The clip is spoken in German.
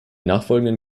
nachfolgenden